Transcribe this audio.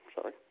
Sorry